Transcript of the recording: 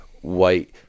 white